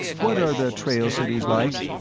what are the trailcities like?